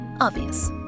Obvious